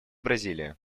бразилия